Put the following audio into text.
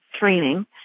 Training